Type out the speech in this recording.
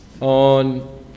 on